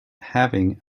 having